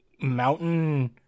mountain